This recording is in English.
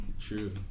true